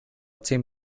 zehn